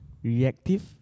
reactive